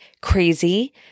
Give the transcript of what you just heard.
crazy